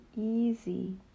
easy